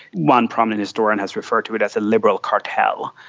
one prominent historian has referred to it as a liberal cartel.